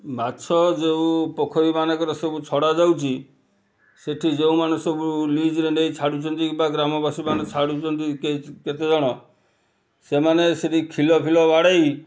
ମାଛ ଯେଉଁ ପୋଖରୀ ମାନଙ୍କରେ ସବୁ ଛଡ଼ାଯାଉଛି ସେଠି ଯେଉଁମାନେ ସବୁ ଲିଜ୍ରେ ନେଇ ଛାଡ଼ୁଛନ୍ତି ବା ଗ୍ରାମବାସୀମାନେ ଛାଡ଼ୁଛନ୍ତି କେତେଜଣ ସେମାନେ ସେଠି ଖିଲ ଫିଲ ବାଡ଼େଇ